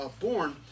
born